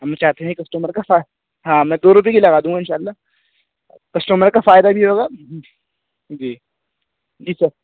ہم چاہتے ہیں کہ کسٹمر کا ہاں میں دو روپئے کی لگا دوں گا ان شاء اللہ کسٹمر کا فائدہ بھی ہوگا جی جی سر